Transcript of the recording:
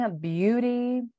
beauty